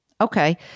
Okay